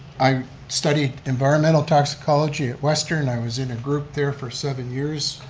i studied environmental toxicology at western, i was in a group there for seven years,